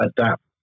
adapt